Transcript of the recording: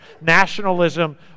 nationalism